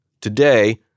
Today